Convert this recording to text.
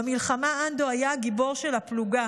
במלחמה אנדו היה הגיבור של הפלוגה,